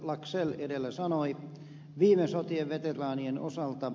laxell edellä sanoi viime sotien veteraanien osalta